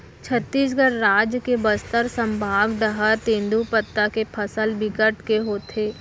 छत्तीसगढ़ राज के बस्तर संभाग डहर तेंदूपत्ता के फसल बिकट के होथे